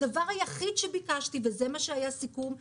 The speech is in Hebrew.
הדבר היחיד שביקשתי וזה מה שהיה הסיכום בישיבה: